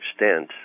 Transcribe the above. extent